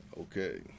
Okay